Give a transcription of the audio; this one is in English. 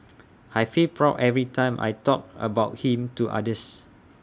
I feel proud every time I talk about him to others